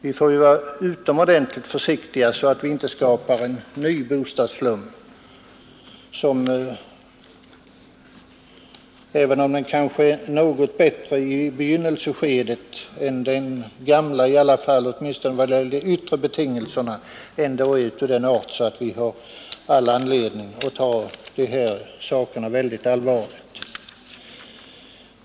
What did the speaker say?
Vi får vara utomordentligt försiktiga så att vi inte skapar en ny bostadsslum som, även om den kanske är bättre i begynnelseskedet än den gamla åtminstone vad gäller de inre betingelserna, ändå är av sådan art att vi har all anledning att ta den här frågan mycket allvarligt.